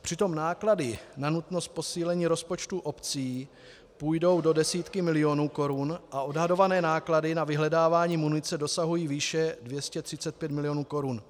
Přitom náklady na nutnost posílení rozpočtů obcí půjdou do desítek milionů korun a odhadované náklady na vyhledávání munice dosahují výše 235 milionů korun.